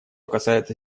касается